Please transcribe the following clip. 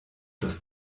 das